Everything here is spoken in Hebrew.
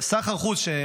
סחר החוץ,